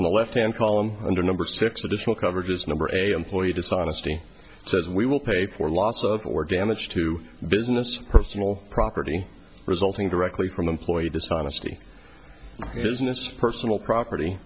on the left hand column under number six additional coverages number a employee dishonesty says we will pay for loss of or damage to business personal property resulting directly from employee dishonesty business personal property